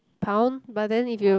pound but then if you